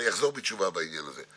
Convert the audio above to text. וחלוקה לא שוויונית של מכשיר PET-CT בצפון.